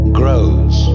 grows